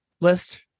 list